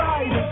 Right